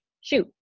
shoot